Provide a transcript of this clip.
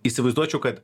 įsivaizduočiau kad